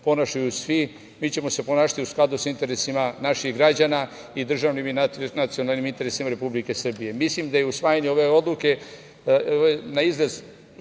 ponašaju svi. Mi ćemo se ponašati u skladu sa interesima naših građana i državnim i nacionalnim interesima Republike Srbije. Mislim da je usvajanje ove naizgled